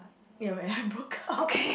ya when I broke up